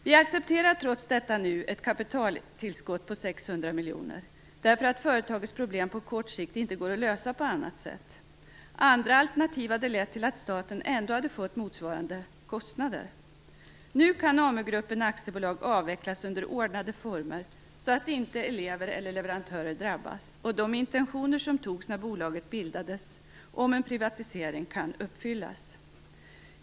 Vi accepterar trots detta nu ett kapitaltillskott på 600 miljoner kronor, därför att företagets problem på kort sikt inte går att lösa på annat sätt. Andra alternativ hade lett till att staten ändå hade fått motsvarande kostnader. Nu kan Amu-gruppen AB avvecklas under ordnade former så att inte elever eller leverantörer drabbas, och de intentioner som fanns om en privatisering när bolaget bildades kan uppfyllas.